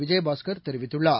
விஜயபாஸ்கர் தெரிவித்துள்ளார்